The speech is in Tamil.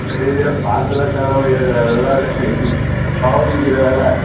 ஐயய்யோ பார்த்தெல்லாம் சொல்ல முடியாது அதெல்லாம் பவுனு விற்கிற வில